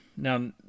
Now